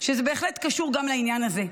שזה בהחלט קשור גם לעניין הזה: